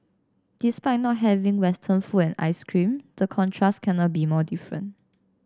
despite not having Western food and ice cream the contrast cannot be more different